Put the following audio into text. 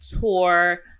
tour